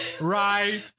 right